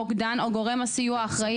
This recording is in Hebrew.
מוקדן או גורם הסיוע האזרחי,